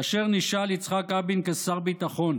כאשר נשאל יצחק רבין כשר ביטחון